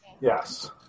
Yes